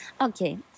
Okay